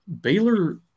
Baylor